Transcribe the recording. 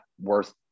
worth –